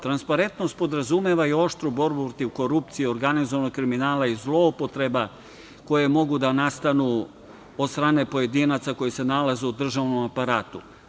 Transparentnost podrazumeva i oštru borbu protiv korupcije i organizovanog kriminala i zloupotreba koje mogu da nastanu od strane pojedinaca koji se nalaze u državnom aparatu.